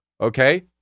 okay